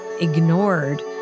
ignored